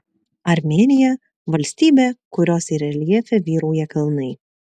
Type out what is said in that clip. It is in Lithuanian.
armėnija valstybė kurios reljefe vyrauja kalnai